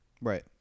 right